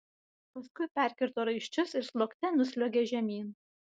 paskui perkirto raiščius ir sliuogte nusliuogė žemyn